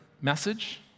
message